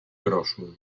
grossos